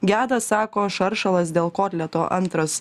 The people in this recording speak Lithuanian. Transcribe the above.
geda sako šaršalas dėl kotleto antras